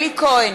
בהצבעה אלי כהן,